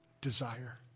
desire